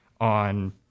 on